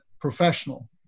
professional